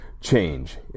Change